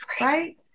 right